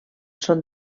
són